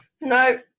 No